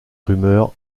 rumeur